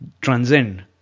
transcend